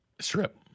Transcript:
Strip